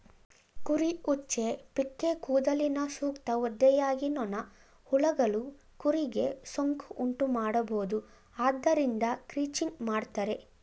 ಕುರಿ ಉಚ್ಚೆ, ಪಿಕ್ಕೇ ಕೂದಲಿನ ಸೂಕ್ತ ಒದ್ದೆಯಾಗಿ ನೊಣ, ಹುಳಗಳು ಕುರಿಗೆ ಸೋಂಕು ಉಂಟುಮಾಡಬೋದು ಆದ್ದರಿಂದ ಕ್ರಚಿಂಗ್ ಮಾಡ್ತರೆ